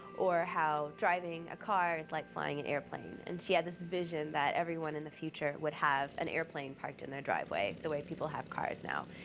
or how driving a car is like flying an airplane and she had this vision that everyone in the future would have an airplane parked in their driveway the way people have cars now.